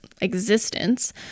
existence